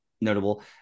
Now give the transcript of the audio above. notable